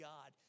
God